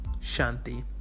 shanti